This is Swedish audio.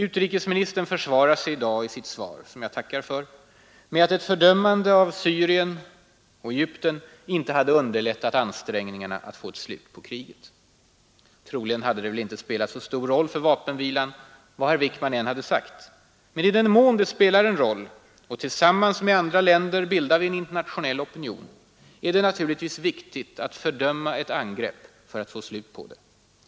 Utrikesministern försvarar sig i dag i sitt svar, som jag tackar för, med att ett fördömande av Syrien och Egypten inte hade underlättat ansträngningarna att få ett slut på kriget. Troligen hade det väl inte spelat så stor roll för vapenvilan vad herr Wickman än hade sagt. Men i den mån det spelar en roll — och tillsammans med andra länder bildar vi en internationell opinion — är det naturligtvis viktigt att fördöma ett angrepp för att få slut på det.